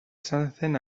sanzen